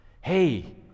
hey